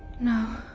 no.